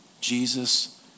Jesus